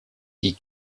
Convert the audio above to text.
die